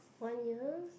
one year